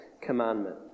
commandment